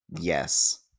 Yes